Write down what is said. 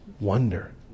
wonder